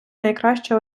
найкраще